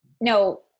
no